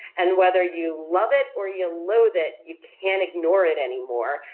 and whether you love it or you loathe it, you can't ignore it anymore,